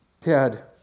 Ted